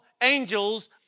angels